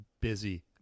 busy